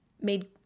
made